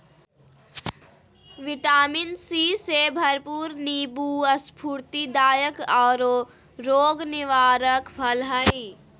vitamin C से भरपूर नीबू स्फूर्तिदायक औरो रोग निवारक फल हइ